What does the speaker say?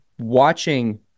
watching